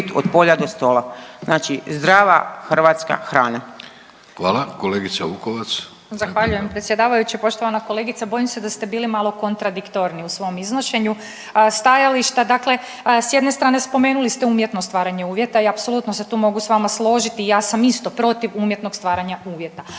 Hvala. Kolegice Vukovac. **Vukovac, Ružica (Nezavisni)** Zahvaljujem predsjedavajući. Poštovana kolegice, bojim ste da ste bili malo kontradiktorni u svom iznošenju stajališta, dakle s jedne strane spomenuli ste umjetno stvaranje uvjeta i apsolutno se tu mogu s vama složiti i ja sam isto protiv umjetnog stvaranja uvjeta,